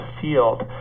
field